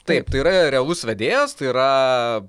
taip tai yra realus vedėjas tai yra